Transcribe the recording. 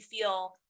feel